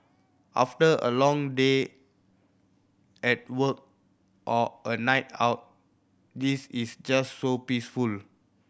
after a long day at work or a night out this is just so peaceful